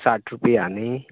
साठ रुपया न्ही